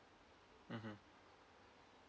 mmhmm